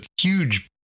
huge